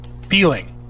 feeling